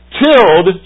killed